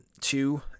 two